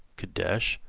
kadesh,